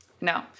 No